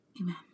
amen